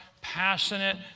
passionate